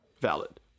valid